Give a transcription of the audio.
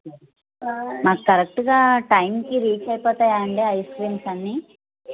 మాకు కరెక్టుగా టైంకి రీచ్ అయిపోతాయా అండి ఐస్ క్రీమ్స్ అన్నీ